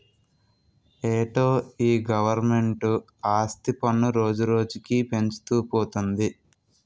ఏటో ఈ గవరమెంటు ఆస్తి పన్ను రోజురోజుకీ పెంచుతూ పోతంది